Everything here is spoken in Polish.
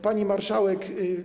Pani Marszałek!